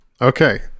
Okay